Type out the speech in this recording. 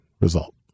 result